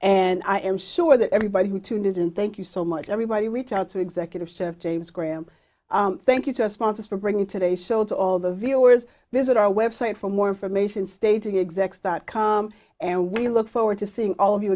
and i am sure that everybody who tuned in thank you so much everybody reached out to executives to james graham thank you just ponce for bringing today show to all the viewers visit our website for more information stating exec's dot com and we look forward to seeing all of you